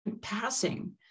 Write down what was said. passing